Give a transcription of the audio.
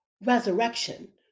resurrection